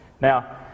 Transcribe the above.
Now